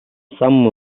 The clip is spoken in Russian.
самым